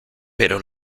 pero